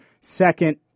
second